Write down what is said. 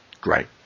great